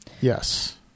Yes